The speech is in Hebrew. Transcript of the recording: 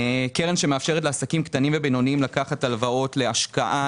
קרן שמאפשרת לעסקים קטנים ובינוניים לקחת הלוואות להשקעה,